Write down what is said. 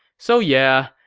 so yeah.